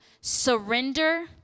surrender